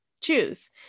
choose